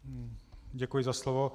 Děkuji za slovo.